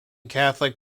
catholic